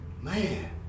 Man